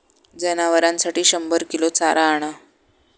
जनावरांसाठी शंभर किलो चारा आणा